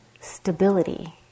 stability